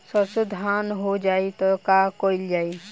सरसो धन हो जाई त का कयील जाई?